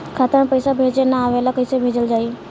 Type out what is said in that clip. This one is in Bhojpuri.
खाता में पईसा भेजे ना आवेला कईसे भेजल जाई?